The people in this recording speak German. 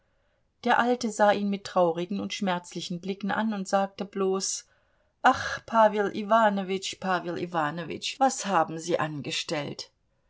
der alte sah ihn mit traurigen und schmerzlichen blicken an und sagte bloß ach pawel iwanowitsch pawel iwanowitsch was haben sie angestellt